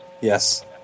Yes